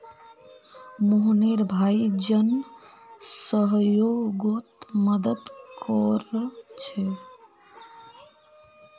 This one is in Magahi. मोहनेर भाई जन सह्योगोत मदद कोरछे